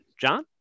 John